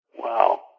Wow